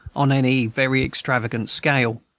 on any very extravagant scale.